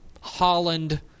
Holland